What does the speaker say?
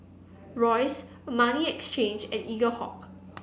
Royce Armani Exchange and Eaglehawk